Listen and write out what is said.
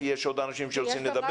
כי יש עוד אנשים שרוצים לדבר.